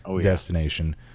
destination